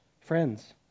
friends